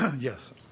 Yes